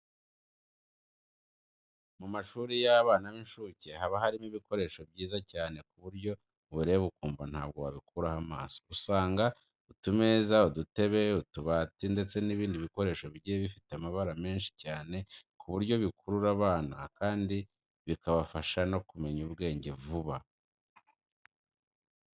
Mu mashuri y'abana b'inshuke haba harimo ibikoresho byiza cyane ku buryo ubireba ukumva ntabwo wabikuraho amaso. Usanga utumeza, udutebe, utubati ndetse n'ibindi bikoresho bigiye bifite amabara menshi cyane ku buryo bikurura abana kandi bikabafasha no kumenya ubwenge vuba.